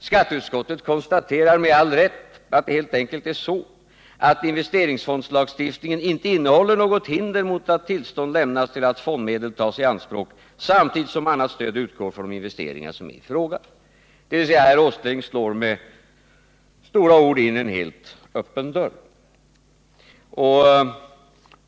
Skatteutskottet konstaterar med all rätt att det helt enkelt är så, att investeringsfondslagstiftningen inte innehåller något hinder mot att tillstånd lämnas för att fondmedel tas i anspråk samtidigt som annat stöd utgår från investeringar som är i fråga. Herr Åsling slår alltså med stora ord in en helt öppen dörr.